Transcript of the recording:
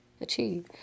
achieve